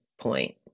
point